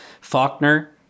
Faulkner